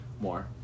more